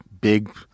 big